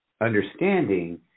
Understanding